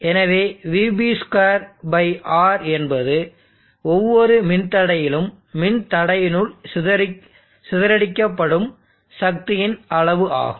எனவே VB2 R என்பது ஒவ்வொரு மின்தடையிலும் மின்தடையினுள் சிதறடிக்கப்படும் சக்தியின் அளவு ஆகும்